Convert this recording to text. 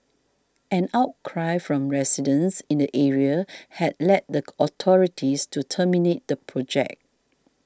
an outcry from residents in the area had led the authorities to terminate the project